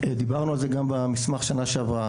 דיברנו על זה גם במסמך בשנה שעברה,